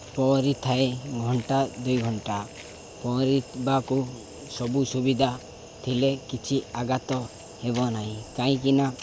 ପହଁରିଥାଏ ଘଣ୍ଟା ଦୁଇ ଘଣ୍ଟା ପହଁରିିବାକୁ ସବୁ ସୁବିଧା ଥିଲେ କିଛି ଆଘାତ ହେବ ନାହିଁ କାହିଁକିନା